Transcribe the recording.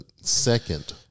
second